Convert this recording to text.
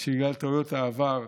שבגלל טעויות העבר,